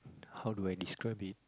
how do I describe it